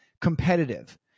competitive